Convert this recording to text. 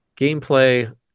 gameplay